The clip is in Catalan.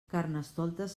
carnestoltes